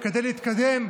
כדי להתקדם.